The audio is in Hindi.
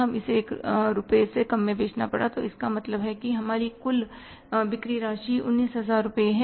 हमें इसे 1 रुपये से कम में बेचना पड़ा तो इसका मतलब है कि हमारी कुल बिक्री राशि 19000 रुपये है